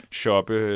shoppe